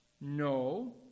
no